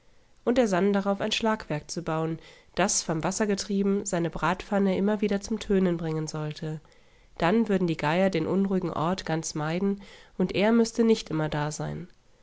und er sann darauf ein schlagwerk zu bauen das vom wasser getrieben seine bratpfanne immer wieder zum tönen bringen sollte dann würden die geier den unruhigen ort ganz meiden und er müßte nicht immer da sein